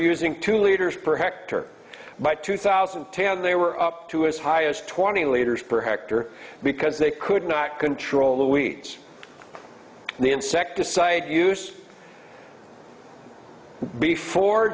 using two leaders perfecter by two thousand and ten they were up to as high as twenty leaders perfecter because they could not control the wheat the insecticide use before